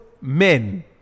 men